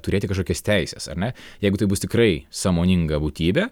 turėti kažkokias teises ar ne jeigu tai bus tikrai sąmoninga būtybė